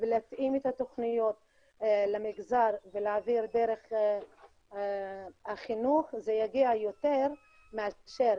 ונתאים את התוכניות למגזר ולהעביר דרך החינוך זה יגיע יותר מאשר,